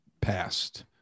passed